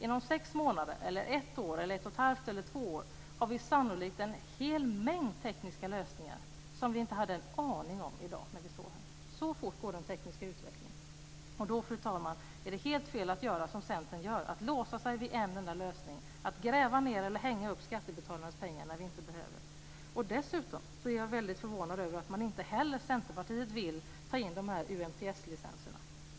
Inom sex månader, ett år, ett och ett halvt år eller två år har vi sannolikt en hel mängd tekniska lösningar som vi inte har en aning om i dag när vi står här. Så fort går den tekniska utvecklingen. Och då, fru talman, är det helt fel att göra som Centern gör, nämligen att låsa sig vid en enda lösning, att använda skattebetalarnas pengar till att gräva ned eller hänga upp kablar när vi inte behöver göra det. Dessutom är jag väldigt förvånad över att Centerpartiet inte vill ta in dessa UNTS-licenserna.